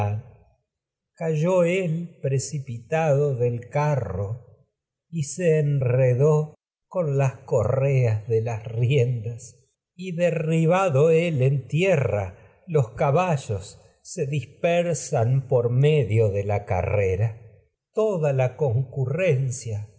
cocayó él precipitado del carro enredó con tragedias de sófocles rreas de las riendas por y derribado él en tierra los caba llos se dispersan medio de la carrera toda la con